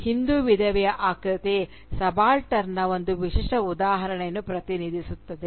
ಹಿಂದೂ ವಿಧವೆಯ ಆಕೃತಿ ಸಬಾಲ್ಟರ್ನ್ನ ಒಂದು ವಿಶಿಷ್ಟ ಉದಾಹರಣೆಯನ್ನು ಪ್ರತಿನಿಧಿಸುತ್ತದೆ